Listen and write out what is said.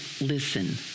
listen